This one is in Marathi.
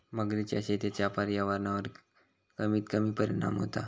मगरीच्या शेतीचा पर्यावरणावर कमीत कमी परिणाम होता